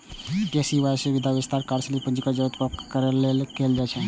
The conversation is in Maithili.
के.सी.सी सुविधाक विस्तार कार्यशील पूंजीक जरूरत पूरा करै लेल कैल गेलै